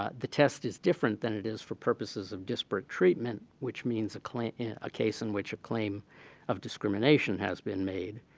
ah the test is different than it is for purposes of disparate treatment which means a claim a case in which a claim of discrimination has been made.